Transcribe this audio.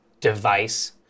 device